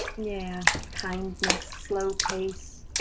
yeah, kindness, slow pace,